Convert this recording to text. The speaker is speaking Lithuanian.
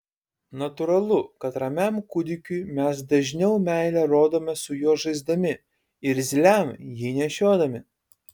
natūralu kad ramiam kūdikiui mes dažniau meilę rodome su juo žaisdami irzliam jį nešiodami